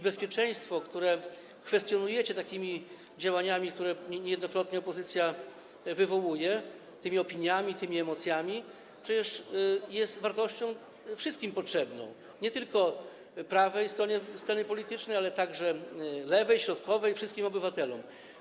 Bezpieczeństwo, które kwestionujecie takimi działaniami, które niejednokrotnie opozycja wywołuje, tymi opiniami, tymi emocjami, przecież jest wartością potrzebną wszystkim: nie tylko prawej stronie sceny politycznej, ale także lewej, środkowej i wszystkim obywatelom.